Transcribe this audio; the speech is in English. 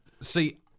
see